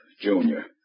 Junior